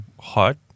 hot